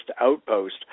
outpost